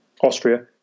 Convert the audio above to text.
austria